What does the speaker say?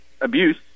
abuse